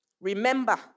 Remember